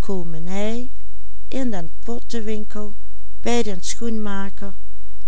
koomenij in den pottewinkel bij den schoenmaker